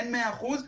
אין מאה אחוז.